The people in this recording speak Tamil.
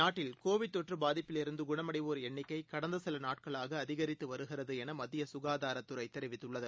நாட்டில் கோவிட் தொற்றபாதிப்பில் இருந்துகுணமடைவோர் எண்ணிக்கைகடந்தசிலநாட்களாகஅதிகரித்துவருகிறதுஎனமத்தியசுகாதாரத்துறைதெரிவித்துள்ளது